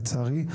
לצערי,